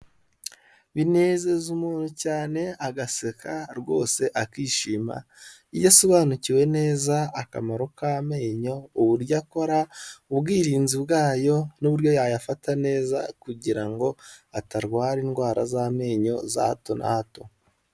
Binezeza umuntu cyane agaseka rwose akishima, iyo asobanukiwe neza akamaro k'amenyo, uburyo akora, ubwirinzi bwayo n'uburyo yayafata neza kugira ngo atarwara indwara z'amenyo za hato na hato.